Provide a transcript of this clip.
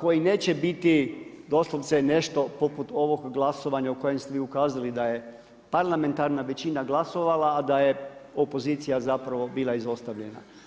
koji neće biti doslovce, nešto poput ovog glasovanja u kojem ste vi ukazali da je parlamentarna većina glasovala, a da je opozicija zapravo bila izostavljena.